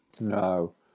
No